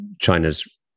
China's